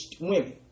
women